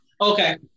Okay